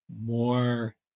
more